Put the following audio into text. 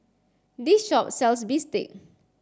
this shop sells Bistake